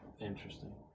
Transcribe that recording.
Interesting